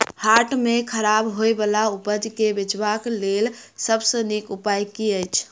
हाट मे खराब होय बला उपज केँ बेचबाक क लेल सबसँ नीक उपाय की अछि?